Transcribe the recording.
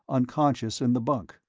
unconscious in the bunk.